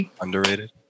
Underrated